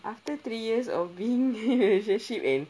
after three years of being in a relationship kan